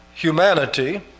humanity